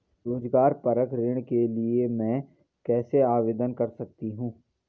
रोज़गार परक ऋण के लिए मैं कैसे आवेदन कर सकतीं हूँ?